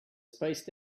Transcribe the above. spaced